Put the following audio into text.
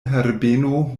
herbeno